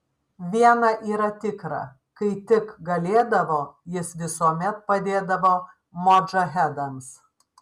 viena yra tikra kai tik galėdavo jis visuomet padėdavo modžahedams